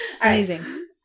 Amazing